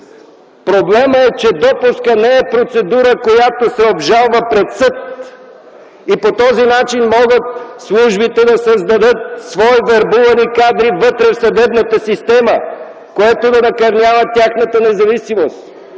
Проблемът е, че допускът не е процедура, която се обжалва пред съд, и по този начин службите могат да създадат свои вербувани кадри вътре в съдебната система, което да накърнява тяхната независимост